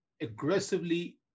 aggressively